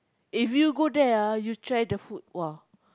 if you go there ah you try the food !wah!